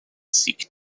seek